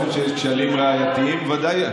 איפה שיש כשלים ראייתיים בוודאי,